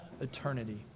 eternity